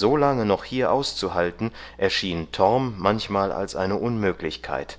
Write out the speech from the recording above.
lange noch hier auszuhalten erschien torm manchmal als eine unmöglichkeit